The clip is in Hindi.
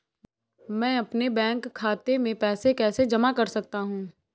मैं अपने बैंक खाते में पैसे कैसे जमा कर सकता हूँ?